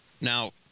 Now